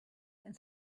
and